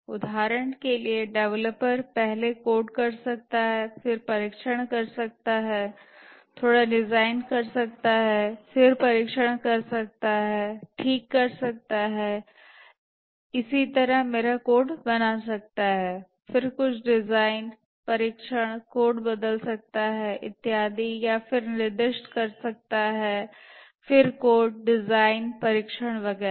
उदाहरण के लिए डेवलपर पहले कोड कर सकता है फिर परीक्षण कर सकता है थोड़ा डिज़ाइन कर सकता है फिर परीक्षण कर सकता है ठीक कर सकता है या इसी तरह मेरा कोड बना सकता है फिर कुछ डिज़ाइन परीक्षण कोड बदल सकता है इत्यादि या फिर निर्दिष्ट कर सकता है फिर कोड डिज़ाइन परीक्षण वगैरह